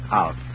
out